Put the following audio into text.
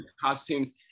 costumes